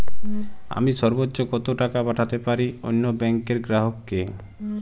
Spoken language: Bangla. আমি সর্বোচ্চ কতো টাকা পাঠাতে পারি অন্য ব্যাংক র গ্রাহক কে?